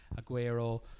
aguero